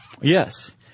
Yes